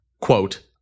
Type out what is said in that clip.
quote